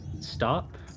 stop